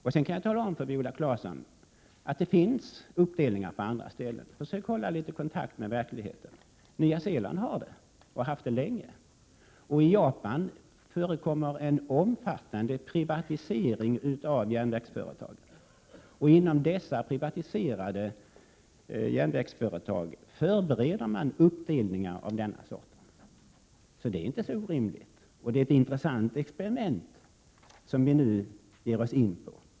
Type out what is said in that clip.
Jag kan också tala om för Viola Claesson att det finns uppdelade järnvägsföretag på andra ställen. Försök hålla litet kontakt med verkligheten! Det finns sådana företag i Nya Zeeland, där de har funnits länge, och i Japan förekommer en omfattande privatisering av järnvägsföretag. Inom dessa privatiserade järnvägsföretag förbereder man uppdelningar av samma En framtidsinriktad slag som den nu aktuella, så det är inte något orimligt. Dessutom är det ett intressant experiment som vi nu ger oss in på.